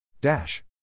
Dash